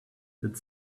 that